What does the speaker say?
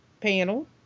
panel